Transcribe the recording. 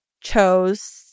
chose